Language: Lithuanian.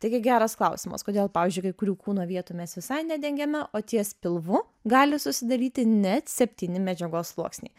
taigi geras klausimas kodėl pavyzdžiui kai kurių kūno vietų mes visai nedengiame o ties pilvu gali susidaryti net septyni medžiagos sluoksniai